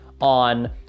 on